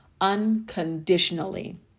unconditionally